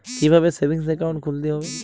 কীভাবে savings account খুলতে হবে?